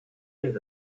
has